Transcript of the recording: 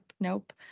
Nope